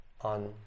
on